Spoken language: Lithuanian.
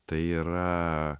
tai yra